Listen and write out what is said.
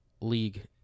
league